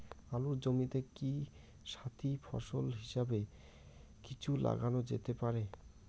আলুর জমিতে কি সাথি ফসল হিসাবে কিছু লাগানো যেতে পারে?